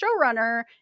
showrunner